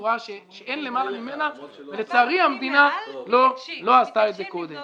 בצורה שאין למעלה ממנה ולצערי המדינה לא עשתה את זה קודם.